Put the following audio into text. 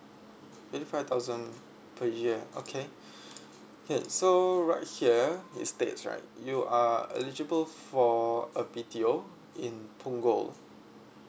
eighty five thousand per year okay K so right here it states right you are eligible for a B_T_O in punggol